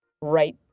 right